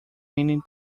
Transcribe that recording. meaning